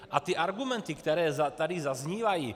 A ty argumenty, které tady zaznívají.